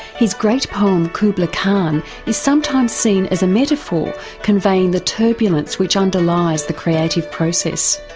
his great poem kubla kahn is sometimes seen as a metaphor conveying the turbulence which underlies the creative process.